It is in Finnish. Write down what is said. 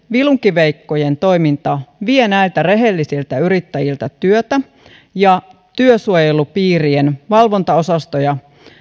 vilunkiveikkojen toiminta vie näiltä rehellisiltä yrittäjiltä työtä ja työsuojelupiirien valvontaosastoja